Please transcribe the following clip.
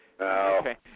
Okay